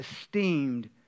esteemed